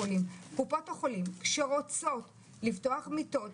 החולה לא צריך לשהות במחלקה פנימית,